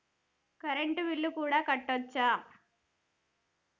Current bill కూడా కట్టొచ్చా?